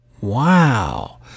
Wow